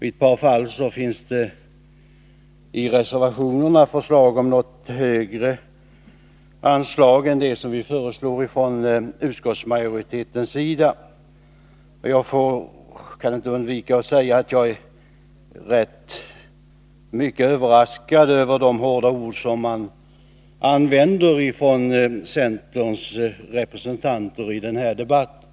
I ett par fall finns det i reservationerna förslag om något högre anslag än vad vi föreslår från utskottsmajoritetens sida. Jag kan inte underlåta att säga att jag är rätt överraskad av de hårda ord som centerns representanter använder i den här debatten.